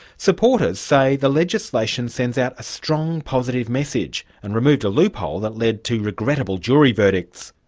supporters say the legislation sends out a strong positive message and removed a loophole that led to regrettable jury verdict.